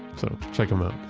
so, check them out.